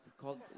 called